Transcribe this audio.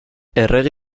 errege